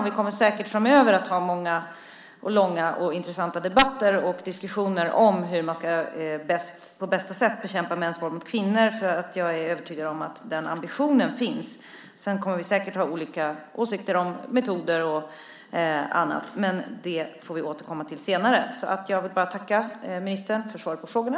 Vi kommer säkert framöver att ha många, långa och intressanta debatter om hur man på bästa sätt ska bekämpa mäns våld mot kvinnor. Jag är övertygad om att ambitionen finns. Sedan kommer vi säkert att ha olika åsikter om metoder och annat, men det får vi återkomma till senare. Jag vill tacka ministern för svaret på frågorna.